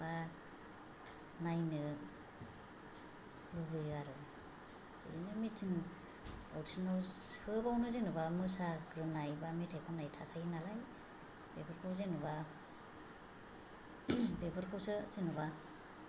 बा नायनो लुबैयो आरो बिदिनो मिटिं दावटिंआव सोबावनो जेनेबा मोसाग्रोनाय बा मेथाय खननाय थाखायो नालाय बेफोरखौ जेनेबा बेफोरखौसो जेनेबा